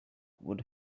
would